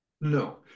no